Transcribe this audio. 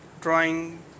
drawing